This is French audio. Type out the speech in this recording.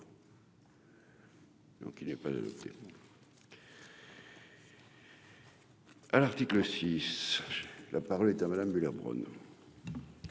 Donc il n'est pas adopté. à l'article 6 H, la parole est à Madame Müller Bronn.